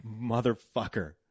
motherfucker